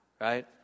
Right